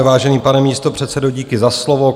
Vážený pane místopředsedo, díky za slovo.